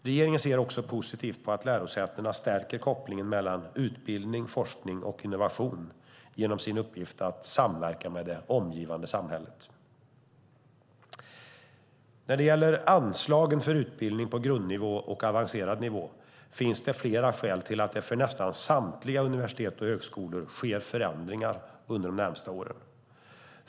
Regeringen ser också positivt på att lärosätena stärker kopplingen mellan utbildning, forskning och innovation genom sin uppgift att samverka med det omgivande samhället. När det gäller anslagen för utbildning på grundnivå och avancerad nivå finns det flera skäl till att det för nästan samtliga universitet och högskolor sker förändringar under de närmaste åren.